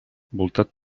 voltat